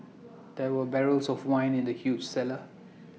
there were barrels of wine in the huge cellar